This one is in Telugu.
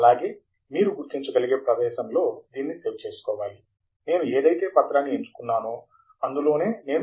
అయితే మీరు గుర్తించగలిగే ప్రదేశంలో దీనిని సేవ్ చేసుకోవాలి నేను ఏదైతే పత్రాన్ని ఎంచుకున్నానో అందులోనే నేను సేవ్ చేస్తున్నాను